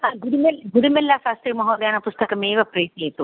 आ गुडिमेल्ल् गुडिमेल्ल शास्त्रि महोदयानां पुस्तकमेव प्रेषयतु